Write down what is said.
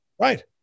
Right